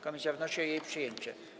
Komisja wnosi o jej przyjęcie.